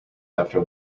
after